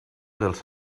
dels